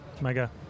Mega